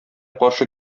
каршы